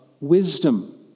wisdom